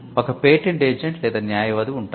ఒక patent agent లేదా న్యాయవాది ఉంటారు